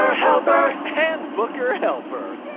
helper. handbooker helper.